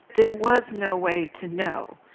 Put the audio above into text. there was no way to know.